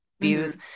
views